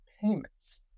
payments